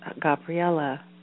Gabriella